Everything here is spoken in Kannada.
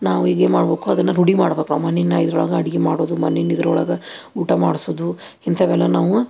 ನಾವು ಹೀಗೇ ಮಾಡಬೇಕು ಅದನ್ನು ರೂಢಿ ಮಾಡ್ಬೇಕು ಆ ಮಣ್ಣಿನ ಇದ್ರೊಳಗೆ ಅಡುಗೆ ಮಾಡುವುದು ಮಣ್ಣಿನ ಇದ್ರೊಳಗೆ ಊಟ ಮಾಡಿಸೋದು ಇಂಥವೆಲ್ಲ ನಾವು